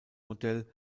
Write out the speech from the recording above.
modell